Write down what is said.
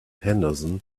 henderson